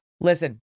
Listen